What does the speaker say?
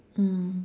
mm